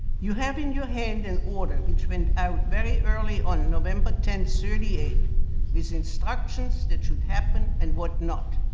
you have in you hand an order which went out very early on november ten thirty eight with instructions that should happen and what not.